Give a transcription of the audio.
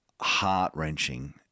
heart-wrenching